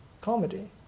comedy